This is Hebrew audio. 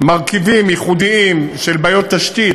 בה מרכיבים ייחודיים של בעיות תשתית,